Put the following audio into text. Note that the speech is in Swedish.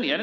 vidtar.